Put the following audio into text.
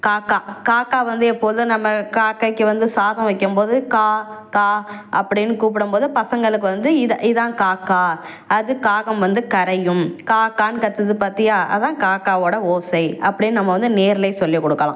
காக்கா காக்கா வந்து எப்போதும் நம்ம காக்கைக்கு வந்து சாதம் வைக்கம் போது கா கா அப்படின்னு கூப்பிடம் போது பசங்களுக்கு வந்து இத இதான் காக்கா அது காகம் வந்து கரையும் கா கானு கத்துது பார்த்தியா அதுதான் காக்கா ஓட ஓசை அப்படின்னு நம்ம வந்து நேர்லே சொல்லிகொடுக்கலாம்